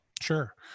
Sure